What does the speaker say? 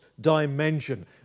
dimension